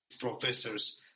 professors